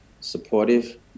supportive